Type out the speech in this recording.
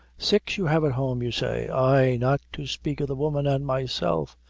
six you have at home, you say? ay, not to speak of the woman an' myself.